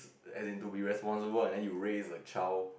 as in to be responsible and then you raise your child